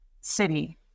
city